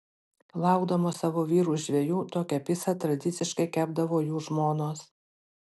laukdamos savo vyrų žvejų tokią picą tradiciškai kepdavo jų žmonos